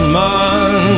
man